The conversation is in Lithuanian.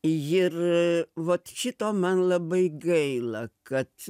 ir vat šito man labai gaila kad